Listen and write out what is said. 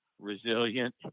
resilient